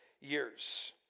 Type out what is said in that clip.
years